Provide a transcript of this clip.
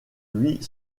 huit